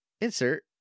Insert